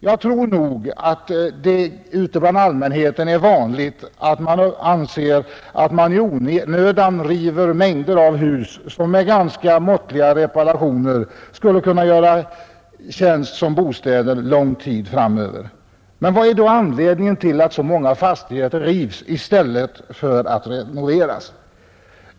Jag tror att det hos allmänheten är en vanlig uppfattning att man i onödan river mängder av hus, som för rimliga kostnader skulle kunna rustas upp och göra tjänst som goda bostäder under lång tid ännu. Vad är då anledningen till att så många fastigheter rivs i stället för att repareras?